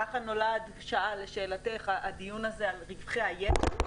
ככה נולד, לשאלתך, הדיון הזה אל רווחי היתר.